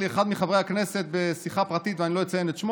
יש פה